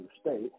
state